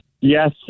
Yes